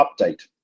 update